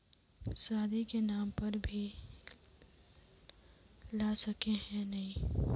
शादी के नाम पर भी ला सके है नय?